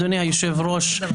אדוני היושב-ראש,